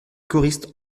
choristes